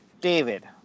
David